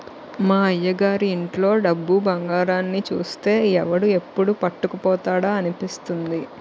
మా అయ్యగారి ఇంట్లో డబ్బు, బంగారాన్ని చూస్తే ఎవడు ఎప్పుడు పట్టుకుపోతాడా అనిపిస్తుంది